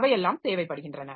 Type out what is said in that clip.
அவையெல்லாம் தேவைப்படுகின்றன